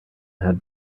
had